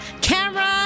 camera